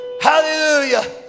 Hallelujah